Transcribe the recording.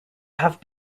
have